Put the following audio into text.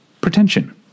pretension